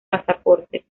pasaportes